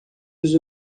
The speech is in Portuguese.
dos